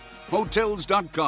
Hotels.com